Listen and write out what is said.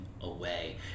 away